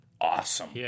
awesome